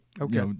Okay